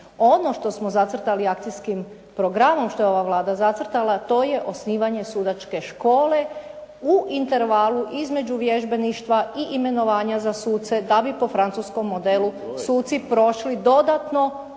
Ono što smo zacrtali akcijskim programom što je ova Vlada zacrtala, to je osnivanje sudačke škole u intervalu između vježbeništva i imenovanja za suce da bi po francuskom modelu suci prošli dodatno